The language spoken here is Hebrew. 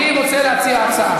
אני רוצה להציע הצעה.